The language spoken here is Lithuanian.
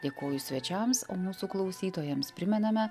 dėkoju svečiams o mūsų klausytojams primename